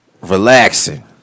relaxing